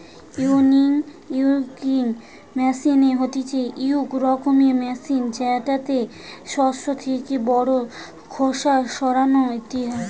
winnowing machine হতিছে ইক রকমের মেশিন জেতাতে শস্য থেকে খড় বা খোসা সরানো হতিছে